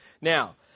Now